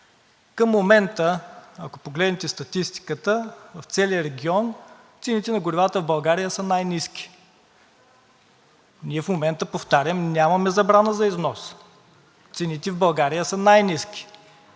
Към момента, ако погледнете статистиката, в целия регион цените на горивата в България са най-ниски. Ние в момента, повтарям, нямаме забрана за износ, цените в България са най-ниски.